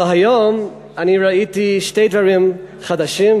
אבל היום ראיתי שני דברים חדשים,